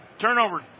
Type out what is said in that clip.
Turnover